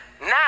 now